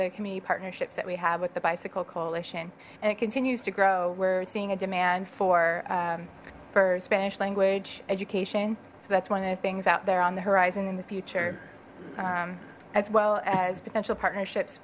the community partnerships that we have with the bicycle coalition and it continues to grow we're seeing a demand for for spanish language education so that's one of the things out there on the horizon in the future as well as potential partnerships